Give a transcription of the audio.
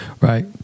Right